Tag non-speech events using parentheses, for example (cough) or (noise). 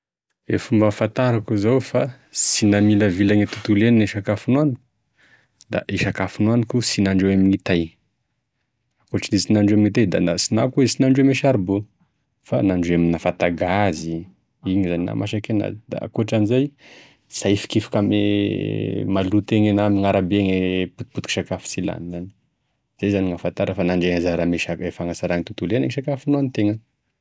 E fomba hafantarako zao fa sy namilavila agne tontolo iainagny e sakafo nohaniko da i sakafo nohaniko ssy nandrahoy ame gn'hitay, akoatrin'e sy nandroy amy gn'hitay na koa izy sy nandrahoy ame saribô fa nandroy ame fanta gazy, igny zany e nahamasiky enazy, da akoatrin'izay sy ahifikifiky ame (hesitation) maloto eny na ame arabe gne potipotik'e sakafo sy lany zany, izay zany gn'ahafantara fa nandray anjara ame fagnasara e tontolo iainagny e sakafo nohanitegna.